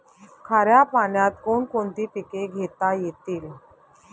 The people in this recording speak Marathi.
खाऱ्या पाण्यात कोण कोणती पिके घेता येतील?